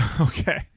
Okay